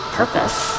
purpose